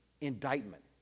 indictment